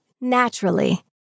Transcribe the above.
naturally